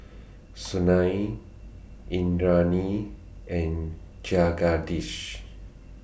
Sunil Indranee and Jagadish